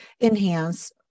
enhance